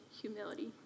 humility